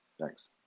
thanks